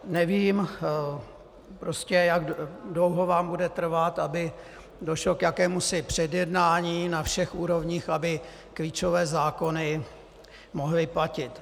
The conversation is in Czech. Nevím, jak dlouho vám bude trvat, aby došlo k jakémusi předjednání na všech úrovních, aby klíčové zákony mohly platit.